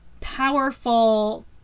powerful